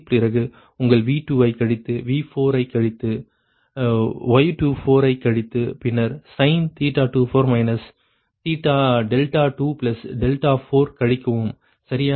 பிறகு உங்கள் V2ஐ கழித்து V4ஐ கழித்து Y24ஐ கழித்து பின்னர் sin 24 24 கழிக்கவும் சரியா